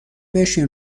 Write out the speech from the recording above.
بشین